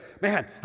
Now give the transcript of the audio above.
Man